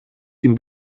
την